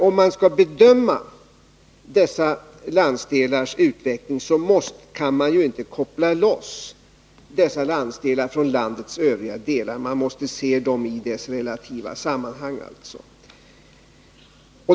Om man skall bedöma dessa landsdelars utveckling kan man emellertid inte koppla loss dem från landets övriga delar, utan man måste som sagt se dem i deras relativa sammanhang.